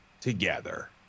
together